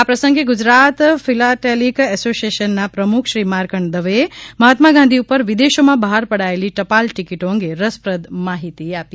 આ પ્રસંગે ગુજરાત ફિલાટેલીક એસોસીએશનના પ્રમુખ શ્રી માર્કડ દવેએ મહાત્માગાંધી ઉપર વિદેશોમાં બહાર પડાથેલી ટપાલ ટિકિટો અંગે રસપ્રદ માહિતી આપી